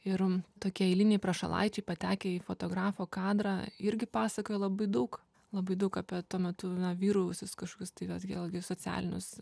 ir tokie eiliniai prašalaičiai patekę į fotografo kadrą irgi pasakoja labai daug labai daug apie tuo metu vyravusius kažkokius tai vat vėlgi socialinius